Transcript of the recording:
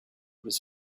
was